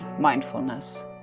mindfulness